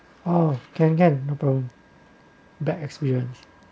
oh can can no problem bad experience